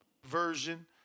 version